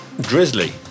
Drizzly